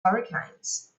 hurricanes